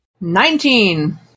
Nineteen